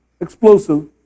explosive